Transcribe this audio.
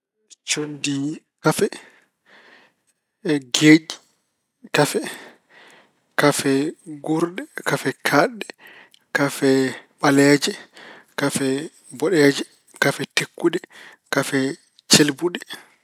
Conndi kafe, geeƴi kafe, kafe guurɗe, kafe kaaɗɗe, kafe ɓaleeje, kafe boɗeeje, kafe tekkuɗe, kafe celbuɗe.